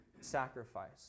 sacrifice